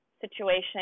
situation